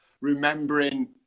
remembering